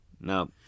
No